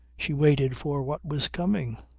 she waited for what was coming.